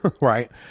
right